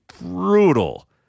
brutal